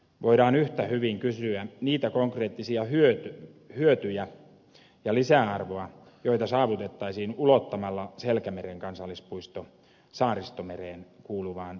voidaan yhtä hyvin kysyä niitä konkreettisia hyötyjä ja lisäarvoja joita saavutettaisiin ulottamalla selkämeren kansallispuisto saaristomereen kuuluvaan vakka suomeen